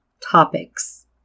topics